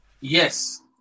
Yes